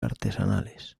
artesanales